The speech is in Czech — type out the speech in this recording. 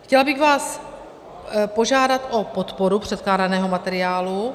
Chtěla bych vás požádat o podporu předkládaného materiálu.